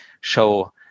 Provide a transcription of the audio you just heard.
show